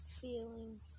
feeling